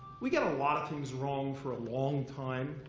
we get a lot of things wrong for a long time.